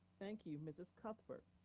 thank you, mrs. cuthbert.